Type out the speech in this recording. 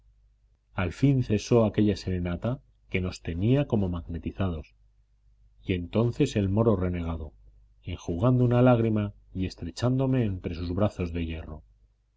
al fin cesó aquella serenata que nos tenía como magnetizados y entonces el moro renegado enjugando una lágrima y estrechándome entre sus brazos de hierro